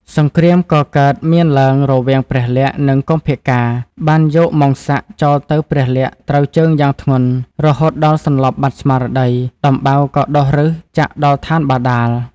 សង្គ្រាមក៏កើតមានឡើង រវាងព្រះលក្សណ៍ និងកុម្ពកាណ៍បានយកមោង្គសក្តិចោលទៅ ព្រះលក្សណ៍ត្រូវជើងយ៉ាងធ្ងន់ រហូតដល់សន្លប់បាត់ស្មារតី ដំបៅក៏ដុះឫសចាក់ដល់ឋានបាតាល។